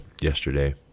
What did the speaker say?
yesterday